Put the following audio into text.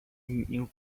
new